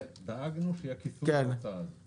דאגנו שיהיה כיסוי למבצע הזה.